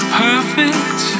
perfect